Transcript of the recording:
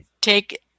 take